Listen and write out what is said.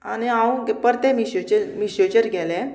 आनी हांव परतें मिशेचेर मिशेचेर गेले